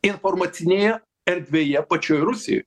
informacinėje erdvėje pačioj rusijoj